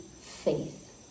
faith